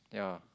yeah